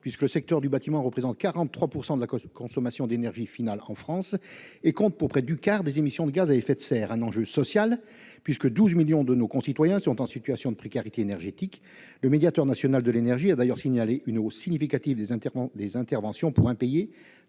puisque le secteur du bâtiment représente 43 % de la consommation d'énergie finale en France et compte pour près du quart des émissions de gaz à effet de serre. Il répond ensuite à un enjeu social, puisque 12 millions de nos concitoyens sont en situation de précarité énergétique. Le médiateur national de l'énergie a d'ailleurs signalé une hausse significative des interventions pour impayés